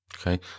Okay